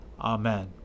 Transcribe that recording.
Amen